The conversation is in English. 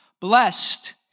Blessed